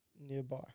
nearby